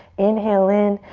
inhale in.